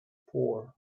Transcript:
poor